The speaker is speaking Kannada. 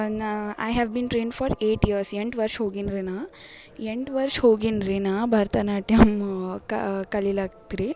ನಾ I have been trained for eight years ಎಂಟು ವರ್ಷ ಹೋಗಿನ್ರೀ ನಾ ಎಂಟು ವರ್ಷ ಹೋಗಿನ್ರಿ ನಾ ಭರತನಾಟ್ಯಮ್ ಕಲಿಯೋಕ್ ರೀ